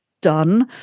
done